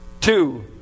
Two